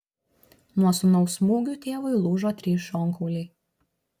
nuo sūnaus smūgių tėvui lūžo trys šonkauliai